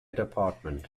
dept